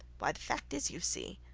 why the fact is, you see,